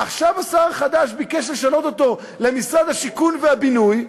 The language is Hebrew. ועכשיו השר החדש ביקש לשנות אותו למשרד הבינוי והשיכון,